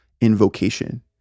invocation